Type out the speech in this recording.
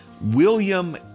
William